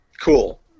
Cool